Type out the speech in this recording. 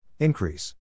Increase